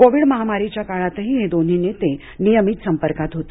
Covid महामारीच्या काळातही हे दोन्ही नेते नियमित संपर्कात होते